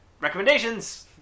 Recommendations